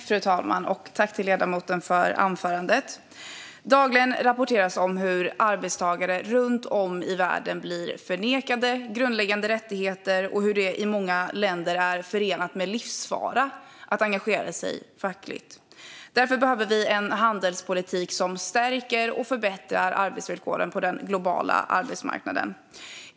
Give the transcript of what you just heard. Fru talman! Tack, ledamoten, för anförandet! Dagligen rapporteras att arbetstagare runt om i världen nekas grundläggande rättigheter och att det i många länder är förenat med livsfara att engagera sig fackligt. Därför behöver vi en handelspolitik som stärker och förbättrar arbetsvillkoren på den globala arbetsmarknaden.